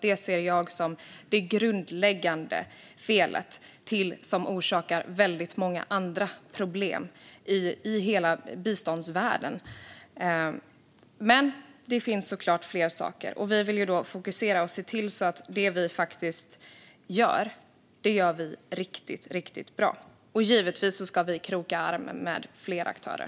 Det ser jag som det grundläggande felet som orsakar väldigt många andra problem i hela biståndsvärlden. Men det finns såklart fler saker. Vi vill fokusera och se till att det vi gör det gör vi riktigt bra, och givetvis ska vi kroka arm med flera aktörer.